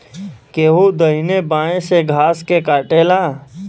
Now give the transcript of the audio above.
केहू दहिने बाए से घास के काटेला